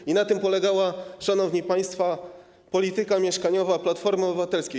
I na tym polegała, szanowni państwo, polityka mieszkaniowa Platformy Obywatelskiej.